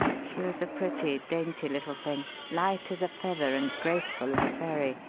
she was a pretty, dainty little thing light as a feather and graceful as a fairy.